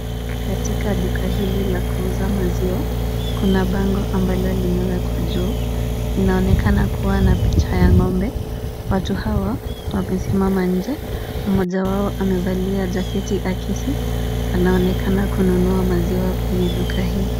Katika duka hili la kuuza maziwa, kuna bango ambalo limewekwa juu, inaonekana kuwa na picha ya ng'ombe. Watu hawa wamesimama nje, mmoja wao amevalia jaketi akisi anaonekana kununua maziwa katika duka hii.